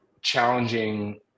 challenging